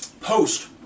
post